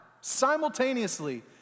simultaneously